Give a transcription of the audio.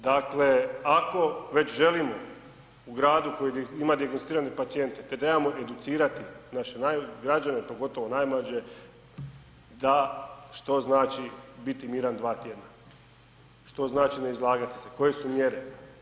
Dakle ako već želimo u gradu koji ima dijagnosticirane pacijente trebamo educirati naše građane, pogotovo najmlađe da što znači biti miran dva tjedna, što znači ne izlagati se, koje su mjere.